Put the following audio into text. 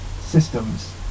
systems